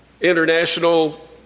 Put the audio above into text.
international